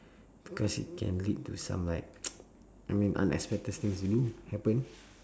cause it can lead to some like I mean unexpected things do happen